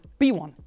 B1